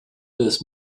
this